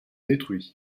détruits